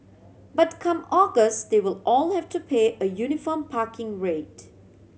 but come August they will all have to pay a uniform parking rate